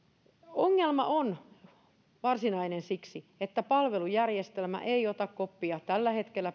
ongelma on varsinainen siksi että palvelujärjestelmä ei ota koppia tällä hetkellä